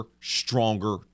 stronger